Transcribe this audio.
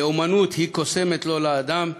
"כאמנות היא קוסמת לו לאדם,